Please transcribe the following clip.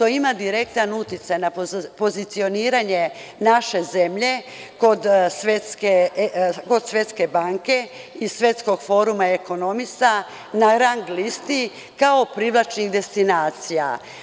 Ima na pozicioniranje naše zemlje kod Svetske banke i Svetskog foruma ekonomista na rang listi kao privlačnih destinacija.